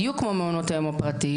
בדיוק כמו מעונות היום הפרטיים.